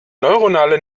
neuronale